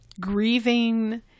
grieving